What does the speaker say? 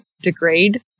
degrade